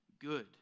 good